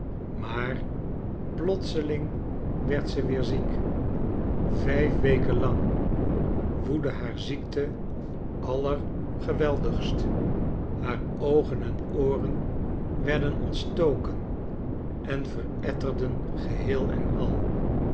maar plotseling werd ze weer ziek vijf weken lang woedde haar ziekte allergeweldigst haar oogen en ooren werden ontstoken en veretterden geheel en al